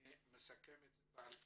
כרגע אני מסכם בעל פה.